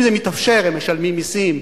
אם זה מתאפשר הם משלמים מסים.